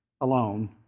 alone